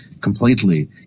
completely